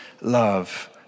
love